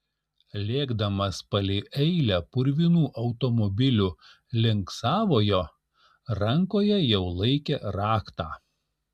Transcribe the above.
lėkdamas palei eilę purvinų automobilių link savojo rankoje jau laikė raktą